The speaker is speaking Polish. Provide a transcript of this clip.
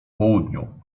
południu